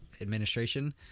administration